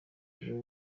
ijuru